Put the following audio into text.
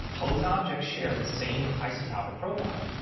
both objects share the same isotopic profile.